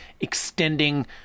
extending